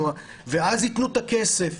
ואז יתנו את הכסף?